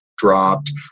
dropped